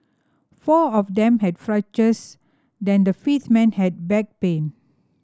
four of them had fractures than the fifth man had back pain